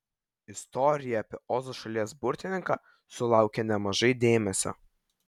istorija apie ozo šalies burtininką sulaukia nemažai dėmesio